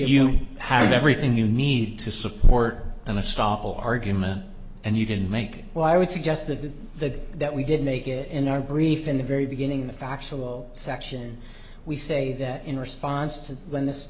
you have everything you need to support and to stop all argument and you didn't make well i would suggest that the that we did make it in our brief in the very beginning in the factual section we say that in response to when this